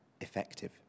effective